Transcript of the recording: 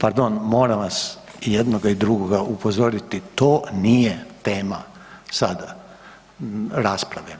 Pardon, moram vas jednoga i drugoga upozoriti, to nije tema sada rasprave.